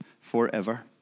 forever